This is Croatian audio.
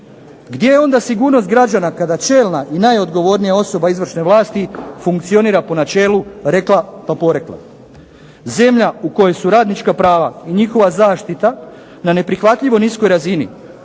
Gdje je onda sigurnost građana kada čelna i najodgovornija osoba izvršne vlasti funkcionira po načelu rekla pa porekla? Zemlja u kojoj su radnička prava i njihova zaštita na neprihvatljivo niskoj razini